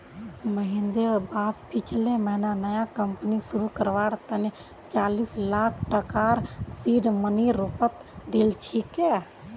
महेंद्रेर बाप पिछले महीना नया कंपनी शुरू करवार तने चालीस लाख टकार सीड मनीर रूपत दिल छेक